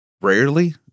Rarely